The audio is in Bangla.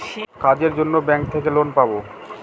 কাজের জন্য ব্যাঙ্ক থেকে লোন পাবো